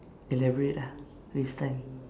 elaborate lah waste time